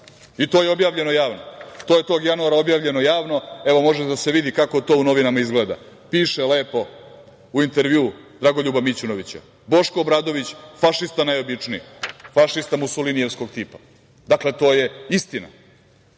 To je objavljeno javno. To je tog januara objavljeno javno, evo može da se vidi kako to u novinama izgleda. Piše lepo u intervjuu Dragoljuba Mićunovića - Boško Obradović fašista najobičniji, fašista musolinijevskog tipa. Dakle, to je istina,